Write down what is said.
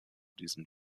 diesem